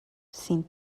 sin